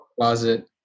closet